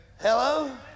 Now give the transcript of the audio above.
Hello